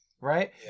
right